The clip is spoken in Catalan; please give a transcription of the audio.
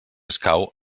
escau